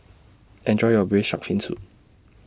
Enjoy your Braised Shark Fin Soup